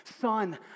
Son